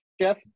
Jeff